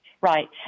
Right